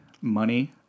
money